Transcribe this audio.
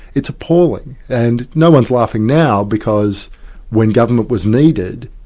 it's appalling. and no-one's laughing now because when government was needed,